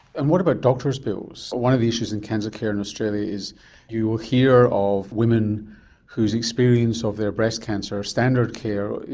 and what about doctors' bills? one of the issues in cancer care in australia is you hear of women whose experience of their breast cancer, standard care,